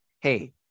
hey